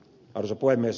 arvoisa puhemies